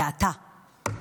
אתה,